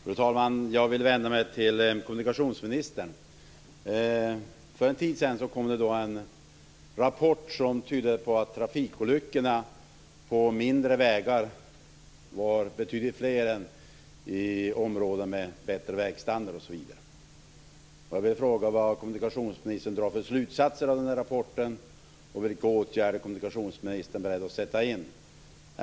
Fru talman! Jag vill vända mig till kommunikationsministern. För en tid sedan kom det en rapport som tydde på att trafikolyckorna på mindre vägar var betydligt fler än i områden med bättre vägstandard. Jag vill fråga vad kommunikationsministern drar för slutsatser av rapporten och vilka åtgärder kommunikationsministern är beredd att sätta in.